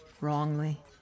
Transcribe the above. Wrongly